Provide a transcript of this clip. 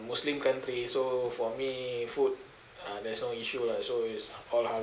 muslim country so for me food uh there's no issue lah so is all